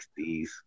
60s